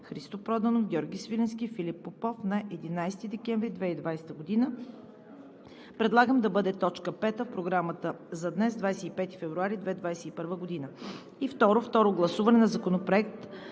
Христо Проданов, Георги Свиленски и Филип Попов, 11 декември 2020 г. Предлагам да бъде точка пета в Програмата за днес, 25 февруари 2021 г. 2. Второ гласуване на Законопроекта